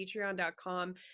patreon.com